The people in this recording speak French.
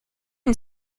une